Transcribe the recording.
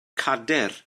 cadair